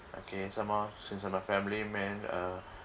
okay some more since I'm a family man uh